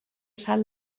sal